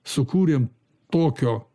sukūrėm tokio